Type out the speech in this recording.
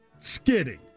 skidding